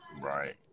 Right